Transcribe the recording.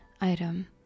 item